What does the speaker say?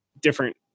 different